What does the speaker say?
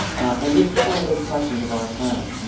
and this is one of those questions of our time.